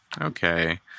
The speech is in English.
Okay